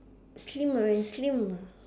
slimmer and slimmer